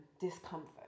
discomfort